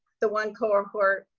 the one cohort,